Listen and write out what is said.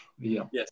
Yes